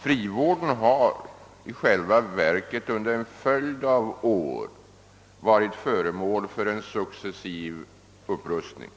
Frivården har i själva verket under en följd av år varit föremål för successiv upprustning.